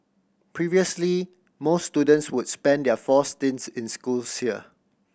previously most students would spend their four stints in schools here